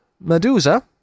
Medusa